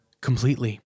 completely